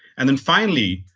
and then finally,